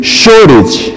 shortage